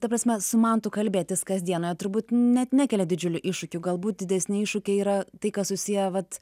ta prasme su mantu kalbėtis kasdieną turbūt net nekelia didžiulių iššūkių galbūt didesni iššūkiai yra tai kas susiję vat